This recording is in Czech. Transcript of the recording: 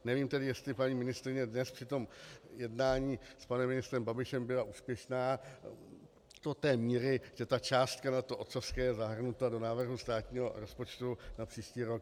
Nevím tedy, jestli paní ministryně dnes při tom jednání s panem ministrem Babišem byla úspěšná do té míry, že ta částka na to otcovské je zahrnuta do návrhu státního rozpočtu na příští rok 2017.